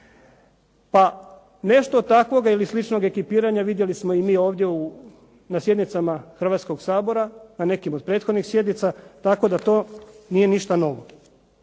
Pa nešto takvoga i sličnog ekipiranja vidjeli smo i mi ovdje na sjednicama Hrvatskog sabora, na nekim od prethodnih sjednica tako da to nije ništa novo.